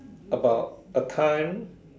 about a time